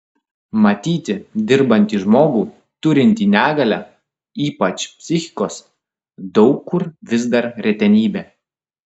matyti dirbantį žmogų turintį negalią ypač psichikos daug kur vis dar retenybė